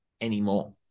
anymore